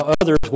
others